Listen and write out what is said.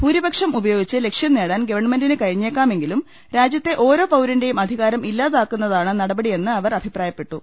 ഭൂരിപക്ഷം ഉപയോഗിച്ച് ലക്ഷ്യംനേടാൻ ഗവൺമെന്റിന് കഴിഞ്ഞേക്കാ മെങ്കിലും രാജ്യത്തെ ഓരോ പൌരന്റെയും അധികാരം ഇല്ലാതാ ക്കുന്നതാണ് നടപടിയെന്ന് അവർ അഭിപ്രായപ്പെട്ടു